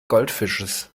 goldfisches